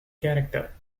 character